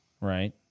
right